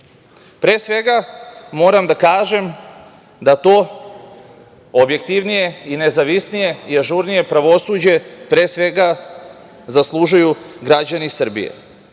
svega, moram da kažem da to objektivnije i nezavisnije i ažurnije pravosuđe, pre svega, zaslužuju građani Srbije. Takođe,